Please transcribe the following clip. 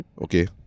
Okay